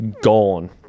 gone